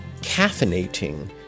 caffeinating